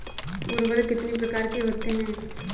उर्वरक कितनी प्रकार के होते हैं?